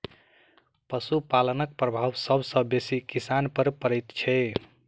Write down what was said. पशुपालनक प्रभाव सभ सॅ बेसी किसान पर पड़ैत छै